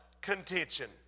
contention